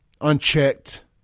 unchecked